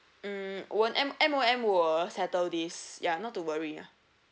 mm won't M M_O_M will settle this yeah not to worry yeah